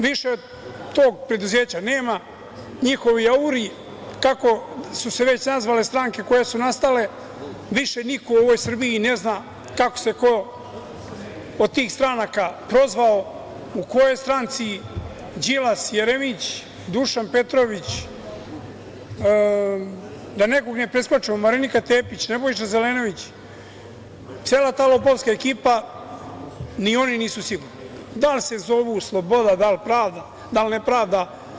Više tog preduzeća nema, njihovi auri, kako su se već nazvale stranke koje su nastale, više niko u ovoj Srbiji i ne zna kako se ko od tih stranaka prozvao, u kojoj stranci, Đilas, Jeremić, Dušan Petrović, da nekog ne preskočim, Marinika Tepić, Nebojša Zelenović, cela ta lopovska ekipa, ni oni nisu sigurni da li se zovu sloboda, da li pravda, da li nepravda.